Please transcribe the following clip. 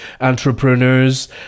entrepreneurs